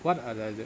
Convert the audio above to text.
what are the the